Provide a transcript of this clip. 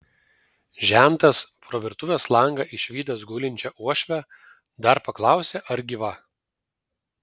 žentas pro virtuvės langą išvydęs gulinčią uošvę dar paklausė ar gyva